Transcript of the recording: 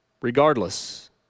Regardless